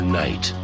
night